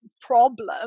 problem